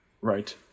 right